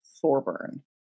Thorburn